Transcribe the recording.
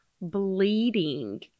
bleeding